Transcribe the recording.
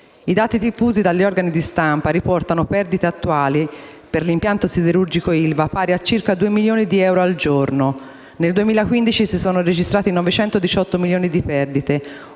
I dati diffusi dagli organi di stampa riportano perdite attuali per l'impianto siderurgico ILVA pari a circa 2 milioni di euro al giorno (nel 2015, si sono registrati 918 milioni di perdite,